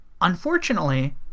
unfortunately